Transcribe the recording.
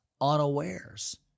unawares